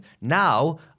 Now